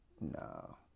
No